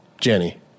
Jenny